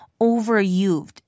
overused